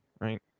Right